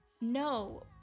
No